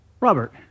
Robert